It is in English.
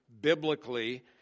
biblically